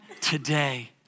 today